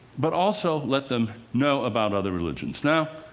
but also let them know about other religions. now,